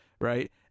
right